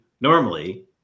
Normally